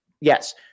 Yes